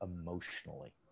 emotionally